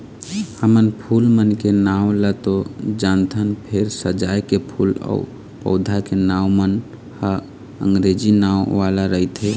हमन फूल मन के नांव ल तो जानथन फेर सजाए के फूल अउ पउधा के नांव मन ह अंगरेजी नांव वाला रहिथे